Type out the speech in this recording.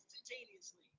instantaneously